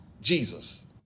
Jesus